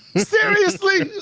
seriously?